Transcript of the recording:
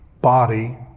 body